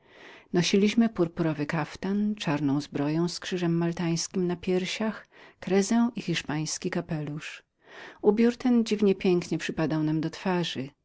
nosiliśmy purpurowy kaftan czarną zbroję z krzyżem maltańskim na piersiach kryzę i kapelusz hiszpański ubiór ten dziwnie pięknie przypadał nam do twarzy